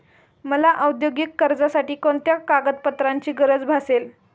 मला औद्योगिक कर्जासाठी कोणत्या कागदपत्रांची गरज भासेल?